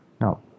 now